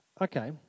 Okay